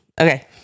Okay